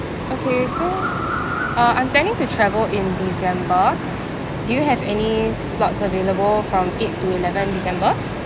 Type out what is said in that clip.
okay so uh I'm planning to travel in december do you have any slots available from eight to eleven december